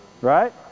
Right